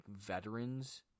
veterans